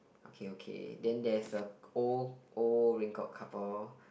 okay okay then there is a old old record couple